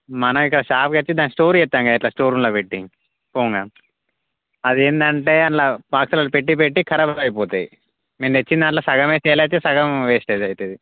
మన ఇకా షాప్కొచ్చి దాన్ని స్టోర్ చేస్తాం కదా ఇట్లా స్టోర్ రూంలో పెట్టి అదేంటంటే అలా బాక్స్ల్లో పెట్టి పెట్టి ఖరాబయిపోతాయి నేను తెచ్చిన దాంట్లో సగమే సేల్ అవుతాయి సగం వేస్టేజ్ అవుతుంది